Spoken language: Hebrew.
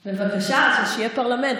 בבקשה, כשיהיה פרלמנט.